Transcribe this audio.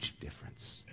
difference